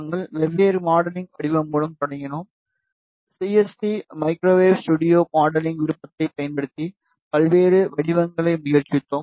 நாங்கள் வெவ்வேறு மாடலிங் வடிவம் மூலம் தொடங்கினோம் சிஎஸ்டி மைக்ரோவேவ் ஸ்டுடியோ மாடலிங் விருப்பத்தைப் பயன்படுத்தி பல்வேறு வடிவங்களை முயற்சித்தோம்